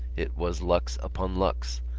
it was lux upon lux.